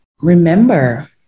Remember